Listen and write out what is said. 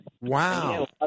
Wow